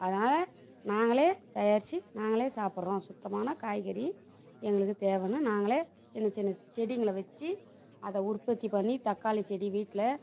அதனாலே நாங்களே தயாரிச்சு நாங்களே சாப்பிட்றோம் சுத்தமான காய்கறி எங்களுக்கு தேவைன்னு நாங்களே சின்ன சின்ன செடிங்களை வச்சு அதை உற்பத்தி பண்ணி தக்காளி செடி வீடடில்